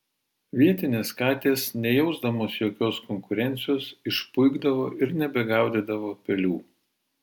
vietinės katės nejausdamos jokios konkurencijos išpuikdavo ir nebegaudydavo pelių